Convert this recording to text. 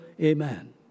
Amen